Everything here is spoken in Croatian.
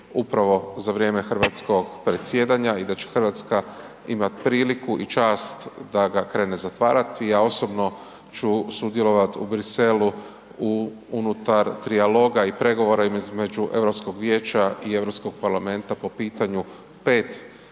upravo za vrijeme hrvatskog predsjedanja i da će Hrvatska imati priliku i čast da ga krene zatvarati i ja osobno ću sudjelovati u Bruxellesu unutar trijaloga i pregovora između Europskog vijeća i Europskog parlamenta po pitanju pet